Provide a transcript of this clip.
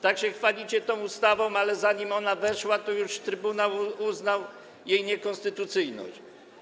Tak się chwalicie tą ustawą, ale zanim ona weszła, to już trybunał uznał jej niekonstytucyjność.